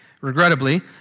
Regrettably